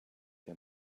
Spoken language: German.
der